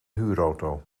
huurauto